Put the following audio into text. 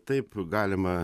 taip galima